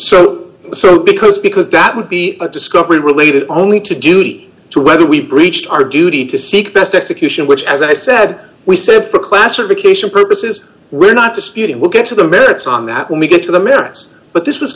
so so because because that would be a discovery related only to duty to whether we breached our duty to seek best execution which as i said we said for classification purposes we're not disputing we'll get to the merits on that when we get to the merits but this was